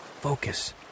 focus